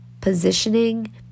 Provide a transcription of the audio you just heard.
positioning